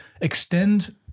extend